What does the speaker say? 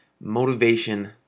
motivation